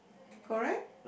correct